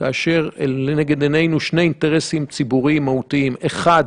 כשלנגד עינינו עומדים שני אינטרסים ציבוריים מהותיים: האחד,